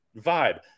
vibe